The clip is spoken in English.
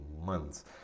months